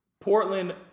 Portland –